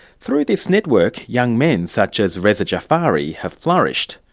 through this network young men such as reza jaffari have flourished.